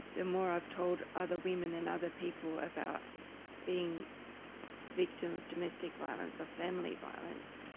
the more i've told other women and other people about being a victim of domestic violence, of family violence,